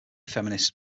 feminist